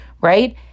right